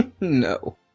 No